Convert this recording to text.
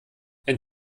ein